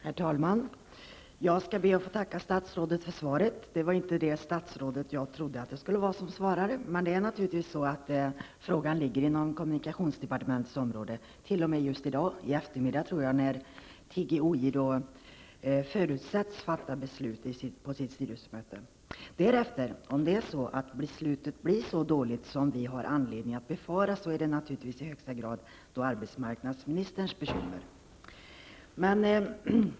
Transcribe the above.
Herr talman! Jag skall be att få tacka statsrådet för svaret. Det var inte det statsråd som jag hade trott som svarade, men frågan ligger naturligtvis inom kommunikationsdepartementets område -- t.o.m. just i dag, när TGOJ på sitt styrelsemöte förutsätts fatta beslut. Om beslutet blir så dåligt som vi har anledning att befara är det naturligtvis i högsta grad arbetsmarknadsministerns bekymmer.